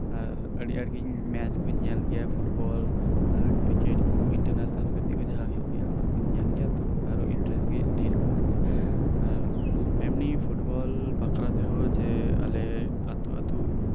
ᱟᱨ ᱟᱰᱤ ᱟᱸᱴ ᱜᱮ ᱢᱮᱪ ᱠᱚᱸᱧ ᱧᱮᱞ ᱜᱮᱭᱟ ᱯᱷᱩᱴ ᱵᱚᱞ ᱟᱨ ᱠᱨᱤᱠᱮᱴ ᱠᱚ ᱟᱨ ᱤᱱᱴᱟᱨ ᱱᱮᱥᱱᱮᱞ ᱜᱟᱛᱮᱜ ᱠᱚ ᱡᱟᱦᱟᱸ ᱦᱳᱭᱳᱜ ᱜᱮᱭᱟ ᱚᱱᱟᱠᱚᱧ ᱧᱮᱞ ᱜᱮᱭᱟ ᱛᱚ ᱟᱨᱚ ᱤᱱᱴᱟᱨᱮᱥᱴ ᱜᱮ ᱫᱷᱮᱨ ᱮᱱ ᱛᱤᱧᱟᱹ ᱟᱨ ᱮᱢᱱᱤ ᱯᱷᱩᱴᱵᱚᱞ ᱵᱟᱠᱷᱨᱟ ᱛᱮᱦᱚᱸ ᱡᱮ ᱟᱞᱮ ᱟᱛᱳ ᱟᱛᱳ